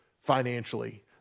financially